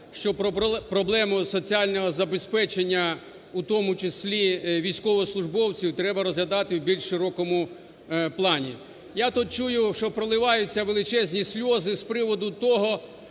що проблему соціального забезпечення у тому числі військовослужбовців треба розглядати в більш широкому плані. Я тут чую, що проливаються величезні сльози з приводу того,